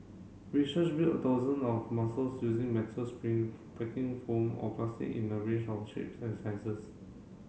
research built a dozen of muscles using metal spring packing foam or plastic in a range of shapes and sizes